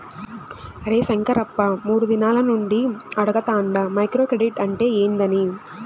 అరే శంకరప్ప, మూడు దినాల నుండి అడగతాండ మైక్రో క్రెడిట్ అంటే ఏందని